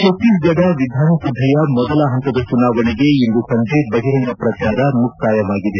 ಛತ್ತೀಸ್ಗಢ ವಿಧಾನಸಭೆಯ ಮೊದಲ ಹಂತದ ಚುನಾವಣೆಗೆ ಇಂದು ಸಂಜೆ ಬಹಿರಂಗ ಪ್ರಚಾರ ಮುಕ್ಕಾಯವಾಗಿದೆ